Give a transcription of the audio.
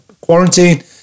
quarantine